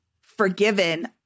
forgiven